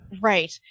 right